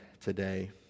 today